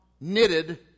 knitted